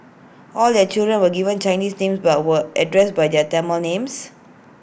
all their children were given Chinese names but were addressed by their Tamil names